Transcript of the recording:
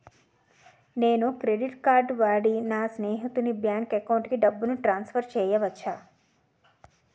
నేను credit card వాడి నా స్నేహితుని బ్యాంక్ అకౌంట్ కి డబ్బును ట్రాన్సఫర్ చేయచ్చా?